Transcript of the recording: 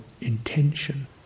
intention